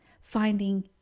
finding